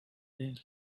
there